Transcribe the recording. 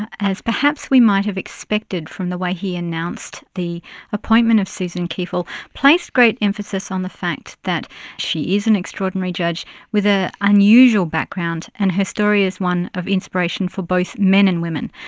as perhaps we might have expected from the way he announced the appointment of susan kiefel, placed great emphasis on the fact that she is an extraordinary judge with an ah unusual background, and her story is one of inspiration for both men and women.